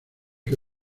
que